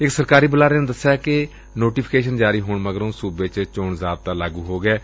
ਇਕ ਸਰਕਾਰੀ ਬੁਲਾਰੇ ਨੇ ਦਸਿਆ ਕਿ ਨੋਟੀਫੀਕੇਸ਼ਨ ਜਾਰੀ ਹੋਣ ਮਗਰੋਂ ਸੂਬੇ ਚ ਚੋਣ ਜ਼ਾਬਤਾ ਲਾਗੂ ਹੋ ਗੈ